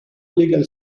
legal